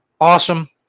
Awesome